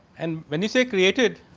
and when you say created,